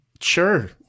Sure